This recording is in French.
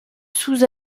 sous